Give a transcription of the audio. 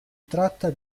tratta